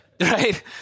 right